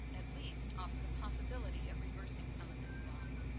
at least offer the possibility of reversing some of this loss,